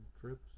trips